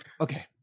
Okay